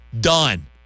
Done